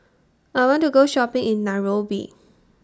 I want to Go Shopping in Nairobi